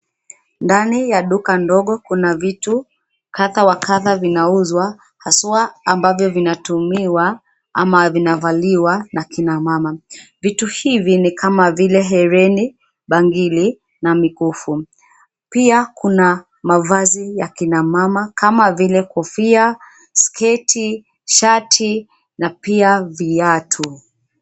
Ndani ya duka ndogo kuna vitu kadha wa kadha zinauzwa hasa ambavyo vinatumiwa ama vinavaliwa na kina mama. Vitu hivi ni kama vile hereni, bangili na mikufu. Pia kuna mavazi ya kina mama kama vile kofia, sketi, shati na pia viatu.